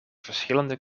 verschillende